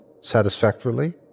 satisfactorily